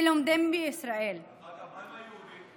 שלומדים בישראל, דרך אגב, מה עם היהודים?